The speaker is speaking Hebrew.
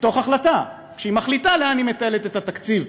מתוך החלטה מחליטה לאן היא מתעלת את התקציב,